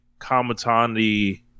Kamatani